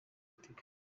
tigo